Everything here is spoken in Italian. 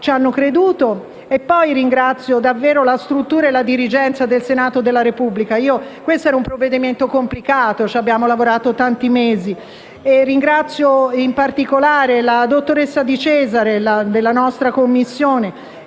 ci hanno creduto, e poi ringrazio davvero la struttura e la dirigenza del Senato della Repubblica. Quello in esame è un provvedimento complicato, a cui abbiamo lavorato per tanti mesi; ringrazio in particolare la dottoressa Di Cesare della 7a Commissione